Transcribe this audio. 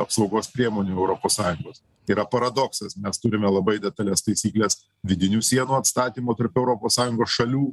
apsaugos priemonių europos sąjungos yra paradoksas mes turime labai detalias taisykles vidinių sienų atstatymo tarp europos sąjungos šalių